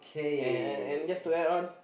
and and and just to add on